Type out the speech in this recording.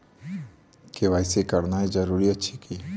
KYC करानाइ जरूरी अछि की?